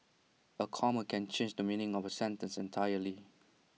A comma can change the meaning of A sentence entirely